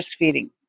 breastfeeding